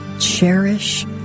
cherish